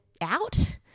out